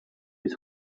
his